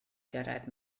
gyrraedd